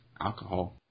alcohol